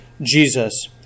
Jesus